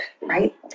right